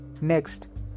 Next